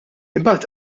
imbagħad